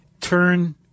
turn